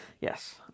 Yes